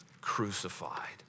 crucified